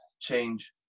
change